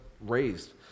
raised